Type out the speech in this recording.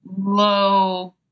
low